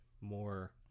more